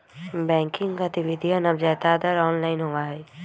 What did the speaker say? banking गतिविधियन अब ज्यादातर ऑनलाइन होबा हई